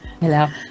hello